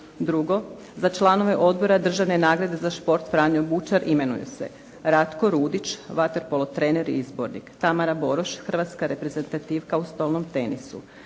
Drugo, za članove Odbora državne nagrade za šport Franjo Bučar imenuje se: Ratko Rudić, vaterpolo trener i izbornik, Tamara Boroš, hrvatska reprezentativka u stolnom tenisu,